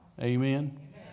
Amen